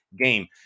game